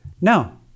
No